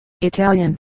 Italian